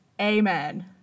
Amen